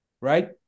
right